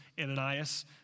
Ananias